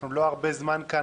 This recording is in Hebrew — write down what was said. אנחנו לא הרבה זמן כאן,